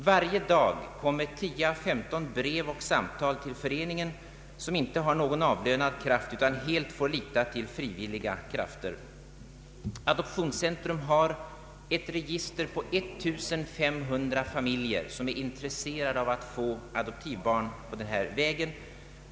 Varje dag kommer 10— 15 brev och samtal till föreningen, som inte har någon avlönad kraft utan helt får lita till frivilliga krafter. Adoptionscentrum har ett register på 1500 familjer som är intresserade av att den vägen få adoptivbarn.